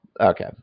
Okay